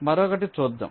మరొకటి చూద్దాం